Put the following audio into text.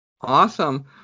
Awesome